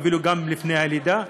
ואפילו לפני הלידה.